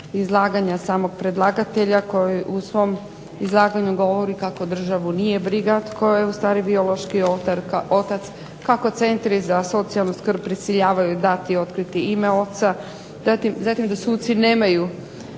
izlaganja samog predlagatelja koji u svom izlaganju govori kako državu nije briga tko je ustvari biološki otac, kako centri za socijalnu skrb prisiljavaju dati otkriti ime oca, zatim da suci nemaju